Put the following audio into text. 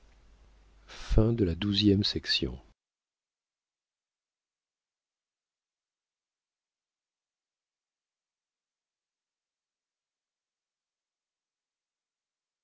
de la nuit